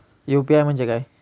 UPI म्हणजे काय?